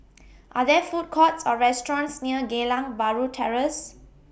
Are There Food Courts Or restaurants near Geylang Bahru Terrace